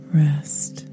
rest